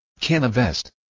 Canavest